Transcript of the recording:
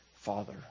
father